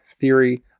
theory